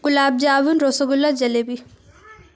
گلاب jamun rasgulla jalebi